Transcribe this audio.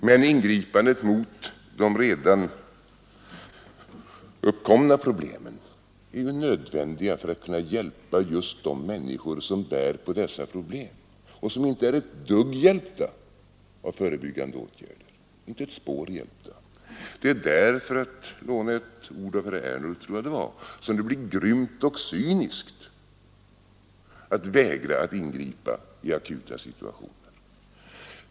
Men ingripandet mot de redan uppkomna problemen är nödvändigt för att kunna hjälpa j människor som bär på dessa problem och som inte är ett spår hjälpta av förebyggande åtgärder. Det är där, för att låna ett ord av herr Ernulf, som det blir grymt och cyniskt att vägra att ingripa i akuta situationer.